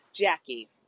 Jackie